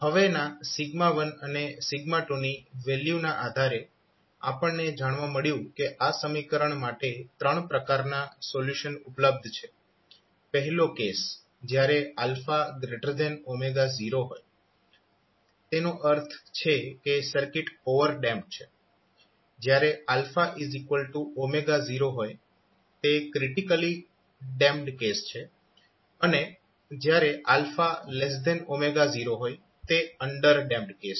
હવેના 1 અને 2 ની વેલ્યુના આધારે આપણને જાણવા મળ્યું કે આ સમીકરણ માટે 3 પ્રકારના સોલ્યુશન ઉપલબ્ધ છે પહેલો કેસ જ્યારે 0 હોય તેનો અર્થ છે કે સર્કિટ ઓવરડેમ્પ્ડ છે જ્યારે 0 હોય તે ક્રિટીકલી ડેમ્પ્ડ કેસ છે અને જ્યારે 0 હોય તે અન્ડરડેમ્પ્ડ કેસ છે